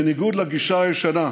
בניגוד לגישה הישנה,